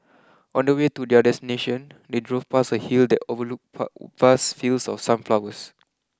on the way to their destination they drove past a hill that overlooked vast fields of sunflowers